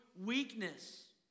weakness